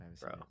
Bro